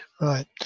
right